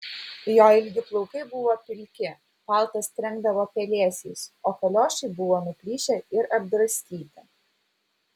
jo ilgi plaukai buvo pilki paltas trenkdavo pelėsiais o kaliošai buvo nuplyšę ir apdraskyti